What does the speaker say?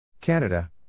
Canada